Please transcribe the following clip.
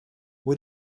what